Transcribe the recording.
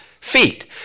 feet